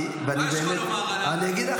מה יש לך לומר?